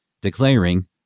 declaring